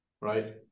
Right